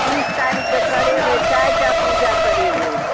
तीस तारीक कऽ करेबै चारि टा पूजा करेबै